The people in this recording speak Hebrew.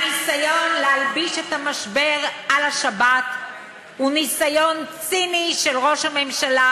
הניסיון להלביש את המשבר על השבת הוא ניסיון ציני של ראש הממשלה,